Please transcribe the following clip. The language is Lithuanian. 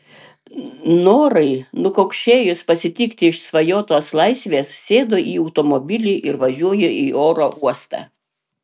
norai nukaukšėjus pasitikti išsvajotos laisvės sėdu į automobilį ir važiuoju į oro uostą